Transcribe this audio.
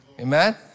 Amen